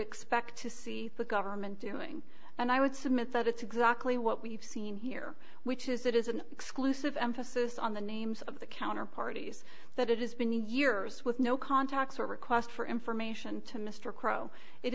expect to see the government doing and i would submit that it's exactly what we've seen here which is it is an exclusive emphasis on the names of the counter parties that it has been years with no contacts or request for information to mr crow it